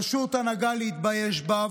פשוט הנהגה להתבייש בה.